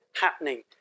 happening